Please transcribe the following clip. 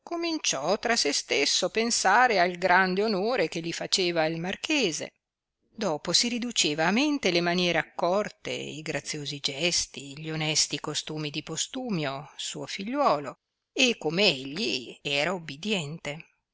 cominciò tra se stesso pensare al grande onore che li faceva il marchese dopo si riduceva a mente le maniere accorte i graziosi gesti gli onesti costumi di postumio suo figliuolo e come egli gli era ubidiente